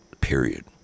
period